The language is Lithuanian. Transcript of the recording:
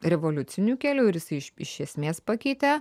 revoliuciniu keliu ir jisai iš iš esmės pakeitė